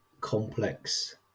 complex